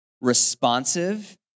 responsive